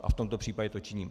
A v tomto případě to činím.